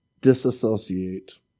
disassociate